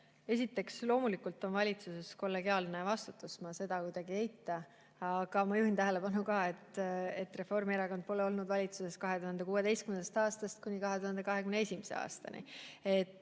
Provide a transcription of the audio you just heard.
Esiteks, loomulikult on valitsuses kollegiaalne vastutus, ma seda kuidagi ei eita, aga ma juhin tähelepanu ka sellele, et Reformierakond pole olnud valitsuses 2016. aastast kuni 2021. aastani.